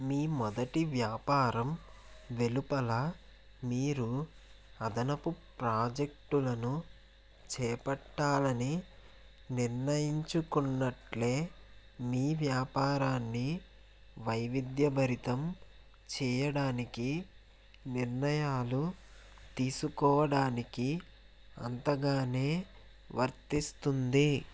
మీ మొదటి వ్యాపారం వెలుపల మీరు అదనపు ప్రాజెక్టులను చేపట్టాలని నిర్ణయించుకున్నట్లే మీ వ్యాపారాన్ని వైవిధ్యభరితం చేయడానికి నిర్ణయాలు తీసుకోవడానికి అంతగానే వర్తిస్తుంది